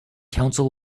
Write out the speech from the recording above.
counsel